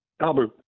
Albert